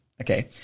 Okay